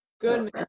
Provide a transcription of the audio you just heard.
Good